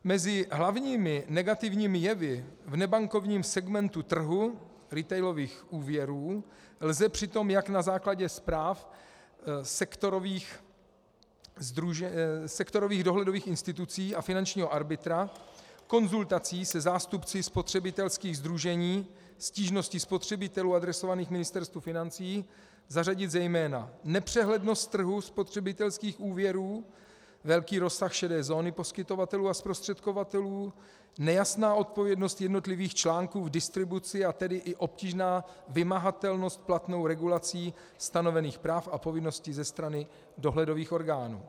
Mezi hlavními negativními jevy v nebankovním segmentu trhu retailových úvěrů lze přitom jak na základě zpráv sektorových dohledových institucí a finančního arbitra, konzultací se zástupci spotřebitelských sdružení, stížností spotřebitelů adresovaných Ministerstvu financí zařadit zejména: nepřehlednost trhu spotřebitelských úvěrů, velký rozsah šedé zóny poskytovatelů a zprostředkovatelů, nejasná odpovědnost jednotlivých článků v distribuci, a tedy i obtížná vymahatelnost platnou regulací stanovených práv a povinností ze strany dohledových orgánů.